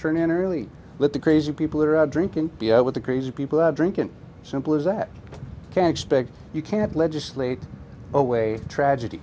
turn in early let the crazy people are out drinking with the crazy people are drinking simple as that can expect you can't legislate away tragedy